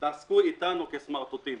התעסקו אתנו כסמרטוטים.